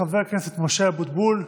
חבר הכנסת משה אבוטבול,